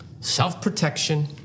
self-protection